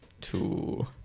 Two